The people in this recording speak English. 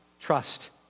trust